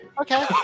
Okay